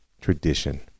tradition